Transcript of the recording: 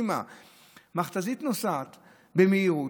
מכת"זית נוסעת במהירות,